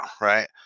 right